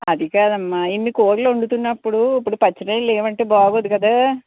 అది కాదమ్మా ఇన్ని కూరలు వండుతున్నప్పుడూ ఇపుడు పచ్చి రొయ్యలు లేవంటే బాగుండదు కదా